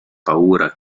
paura